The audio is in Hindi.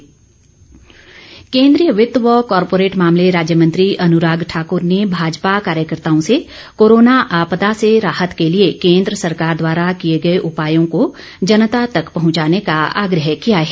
अन्राग ठाकुर केंद्रीय वित्त व कारपोरेट मामले राज्य मंत्री अनुराग ठाकुर ने भाजपा कार्यकर्ताओं से कोरोना आपदा से राहत के लिए केंद्र सरकार द्वारा किए गए उपायों को जनता तक पहुंचाने का आग्रह किया है